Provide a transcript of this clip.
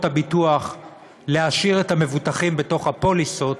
הביטוח להשאיר את המבוטחים בתוך הפוליסות,